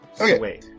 Okay